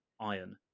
iron